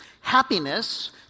Happiness